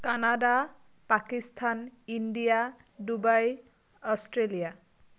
Canada Pakistan India Dubai Australia